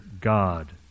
God